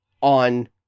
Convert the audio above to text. on